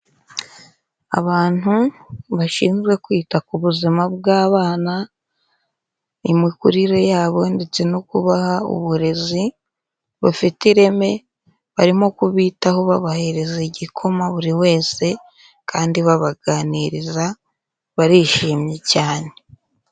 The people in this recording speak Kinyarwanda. Abantu bashinzwe kwita ku buzima bw'abana, imikurire yabo ndetse no kubaha uburezi bufite ireme barimo kubitaho babahereza igikoma buri wese kandi babaganiriza, barishimye cyane.